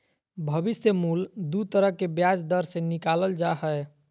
भविष्य मूल्य दू तरह के ब्याज दर से निकालल जा हय